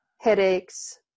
headaches